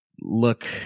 look